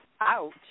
Ouch